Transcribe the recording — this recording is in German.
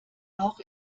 auch